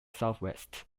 southwest